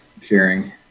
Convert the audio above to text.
sharing